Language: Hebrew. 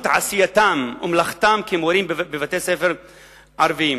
עשייתם ומלאכתם כמורים בבתי-ספר ערביים.